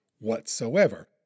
whatsoever